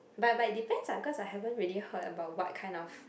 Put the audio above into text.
but by depends ah because I haven't ready heard about what kind of